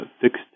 fixed